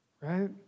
right